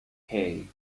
hey